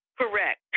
Correct